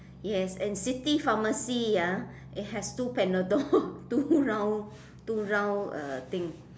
yes and city pharmacy ah it has two Panadol two round two round uh thing